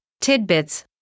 tidbits